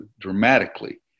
dramatically